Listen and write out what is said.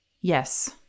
Yes